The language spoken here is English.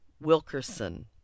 Wilkerson